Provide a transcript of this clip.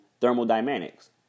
thermodynamics